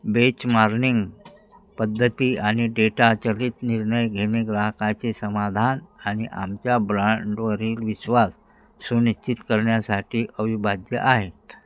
बेचमार्निंग पद्धती आणि डेटाचलित निर्णय घेणे ग्राहकाचे समाधान आणि आमच्या ब्रांडवरील विश्वास सुनिश्चित करण्यासाठी अविभाज्य आहेत